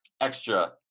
extra